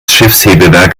schiffshebewerk